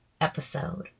episode